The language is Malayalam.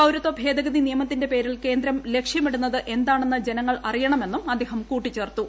പൌരത്വ ഭേദഗതി നിയമത്തിന്റെ പേരിൽ കേന്ദ്രം ലക്ഷ്യമിടുന്നത് എന്താണെന്ന് ജനങ്ങൾ അറിയണമെന്നും അദ്ദേഹം കൂട്ടിച്ചേർത്തു